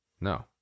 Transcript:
No